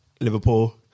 Liverpool